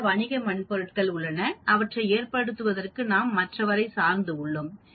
பல வணிக மென்பொருள்கள் உள்ளன அவற்றைப் ஏற்படுத்துவதற்கு நாம் மற்றவரை சார்ந்து உள்ளோம்